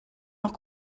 noch